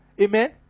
Amen